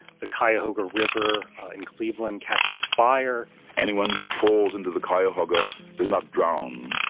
the cuyahoga river in cleveland catches fire anyone who falls into the cuyahoga does not drown,